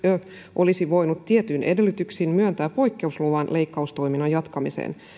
olisi voinut tietyin edellytyksin myöntää poikkeusluvan leikkaustoiminnan jatkamiseen